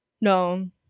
no